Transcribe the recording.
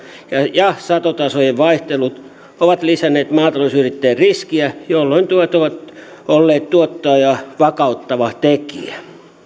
ja satotasojen vaihtelut ovat lisänneet maatalousyrittäjien riskiä jolloin tuet ovat olleet tuottoja vakauttava tekijä